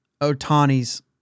Otani's